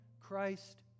Christ